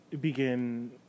begin